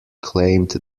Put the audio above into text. claimed